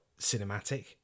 cinematic